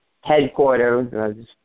headquarters